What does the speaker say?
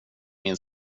min